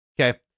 Okay